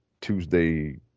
Tuesday